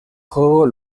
juego